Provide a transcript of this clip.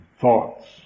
thoughts